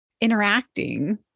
interacting